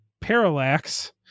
parallax